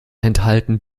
enthalten